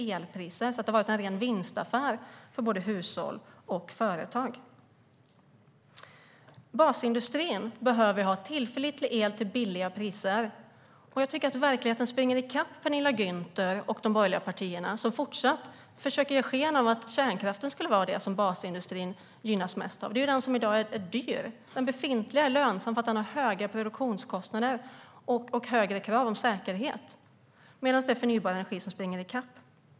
Elcertifikatssystemet har alltså varit en ren vinstaffär för både hushåll och företag. Basindustrin behöver ha tillförlitlig el till låga priser. Jag tycker att verkligheten springer i fatt Penilla Gunther och de borgerliga partierna, som fortsatt försöker ge sken av att kärnkraften skulle vara det som basindustrin gynnas mest av. Det är ju den som är dyr. Den befintliga är lönsam för att den har höga produktionskostnader och högre krav på säkerhet. Det är förnybar energi som springer i fatt.